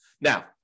Now